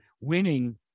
winning